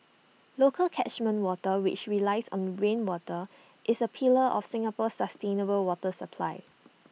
local catchment water which relies on rainwater is A pillar of Singapore's sustainable water supply